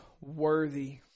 worthy